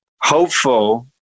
hopeful